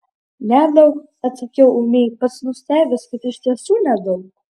nedaug atsakiau ūmiai pats nustebęs kad iš tiesų nedaug